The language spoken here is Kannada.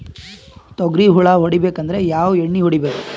ತೊಗ್ರಿ ಹುಳ ಹೊಡಿಬೇಕಂದ್ರ ಯಾವ್ ಎಣ್ಣಿ ಹೊಡಿಬೇಕು?